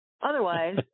otherwise